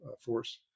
force